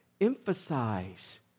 emphasize